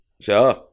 Sure